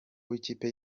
w’ikipe